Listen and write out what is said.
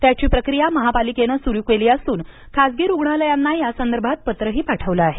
त्याची प्रक्रिया महापालिकेने सुरू केली असून खासगी रुग्णालयांना यासंदर्भात पत्रही पाठवले आहे